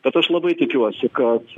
bet aš labai tikiuosi kad